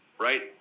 Right